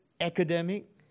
academic